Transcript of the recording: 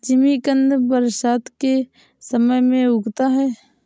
जिमीकंद बरसात के समय में उगता है